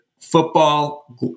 Football